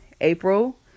April